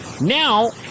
now